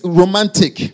romantic